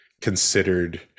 considered